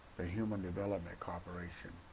the human development corporation,